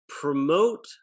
promote